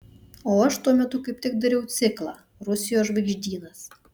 o aš tuo metu kaip tik dariau ciklą rusijos žvaigždynas